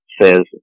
says